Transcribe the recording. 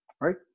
Right